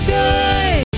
good